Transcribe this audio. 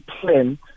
plan